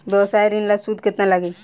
व्यवसाय ऋण ला सूद केतना लागी?